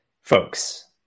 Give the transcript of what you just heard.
folks